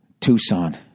Tucson